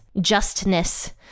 Justness